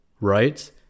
right